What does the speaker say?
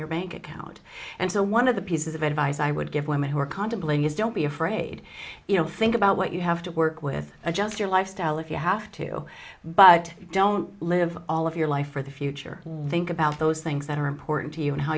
your bank account and so one of the pieces of advice i would give women who are contemplating is don't be afraid think about what you have to work with adjust your lifestyle if you have to but don't live all of your life for the future link about those things that are important to you and how